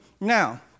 Now